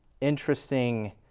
interesting